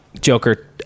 Joker